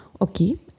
Okay